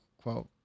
quote